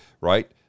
right